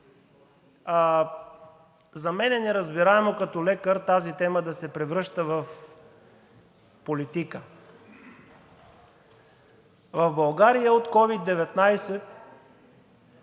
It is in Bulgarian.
За мен е неразбираемо като лекар тази тема да се превръща в политика. В България от COVID-19